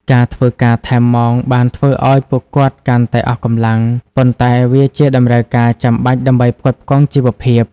ការធ្វើការថែមម៉ោងបានធ្វើឱ្យពួកគាត់កាន់តែអស់កម្លាំង ប៉ុន្តែវាជាតម្រូវការចាំបាច់ដើម្បីផ្គត់ផ្គង់ជីវភាព។